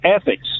ethics